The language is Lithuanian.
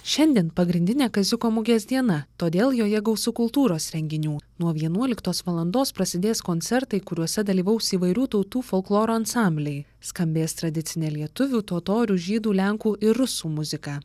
šiandien pagrindinė kaziuko mugės diena todėl joje gausu kultūros renginių nuo vienuoliktos valandos prasidės koncertai kuriuose dalyvaus įvairių tautų folkloro ansambliai skambės tradicinė lietuvių totorių žydų lenkų ir rusų muzika